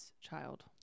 child